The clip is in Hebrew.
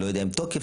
לא יודע אם תוקף,